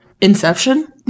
Inception